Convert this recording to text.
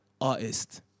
artist